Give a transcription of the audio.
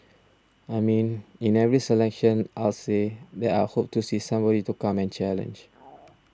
I mean in every election I'll say that I hope to see somebody to come and challenge